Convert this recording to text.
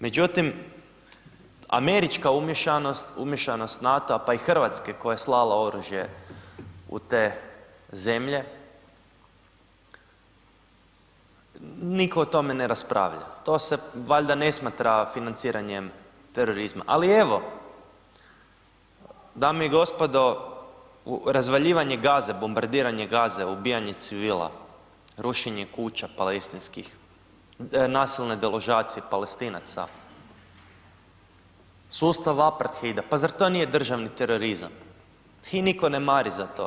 Međutim, američka umiješanost, umješanost NATO-a, pa i RH koja je slala oružje u te zemlje, nitko o tome ne raspravlja, to se valjda ne smatra financiranjem terorizma, ali evo, dame i gospodo, razvaljivanje Gaze, bombardiranje Gaze, ubijanje civila, rušenje kuća palestinskih, nasilne deložacije Palestinaca, sustav Aparthida, pa zar to nije državni terorizam i nitko ne mari za to.